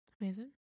Amazing